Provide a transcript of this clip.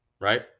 right